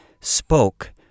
spoke